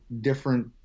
different